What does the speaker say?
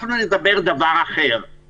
תיקון סעיף 13 בתקנה 13,